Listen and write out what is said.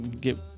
get